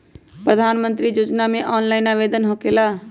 प्रधानमंत्री योजना ऑनलाइन आवेदन होकेला?